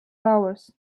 flowers